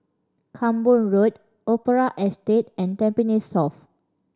Camborne Road Opera Estate and Tampines South